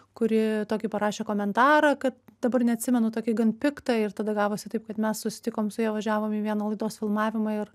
kuri tokį parašė komentarą kad dabar neatsimenu tokį gan piktą ir tada gavosi taip kad mes susitikom su ja važiavom į vieną laidos filmavimą ir